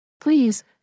Please